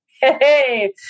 hey